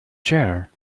chair